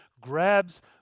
grabs